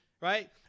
right